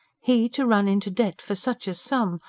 he to run into debt for such a sum,